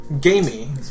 Gamey